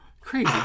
Crazy